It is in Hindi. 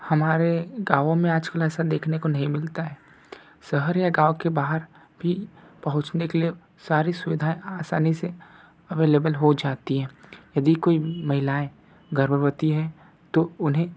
हमारे गाँवो मे आजकल ऐसा देखने को नहीं मिलता है शहर या गाँव के बाहर भी पहुँचने के लिए सारी सुविधायें आसानी से अवैलबल हो जाती है यदि कोई महिलायें गर्भवती हैं तो उन्हें